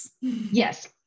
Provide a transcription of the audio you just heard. Yes